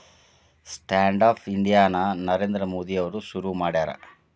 stand up India ನ ನರೇಂದ್ರ ಮೋದಿ ಅವ್ರು ಶುರು ಮಾಡ್ಯಾರ